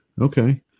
Okay